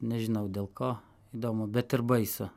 nežinau dėl ko įdomu bet ir baisu